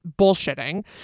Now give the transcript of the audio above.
bullshitting